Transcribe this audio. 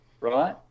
right